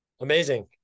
Amazing